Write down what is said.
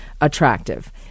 attractive